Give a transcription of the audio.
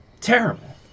Terrible